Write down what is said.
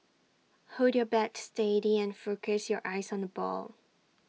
hold your bat steady and focus your eyes on the ball